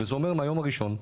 וזה אומר מהיום הראשון.